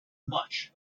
much